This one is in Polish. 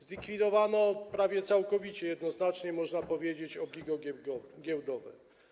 Zlikwidowano prawie całkowicie, jednoznacznie można powiedzieć, obligo giełdowe.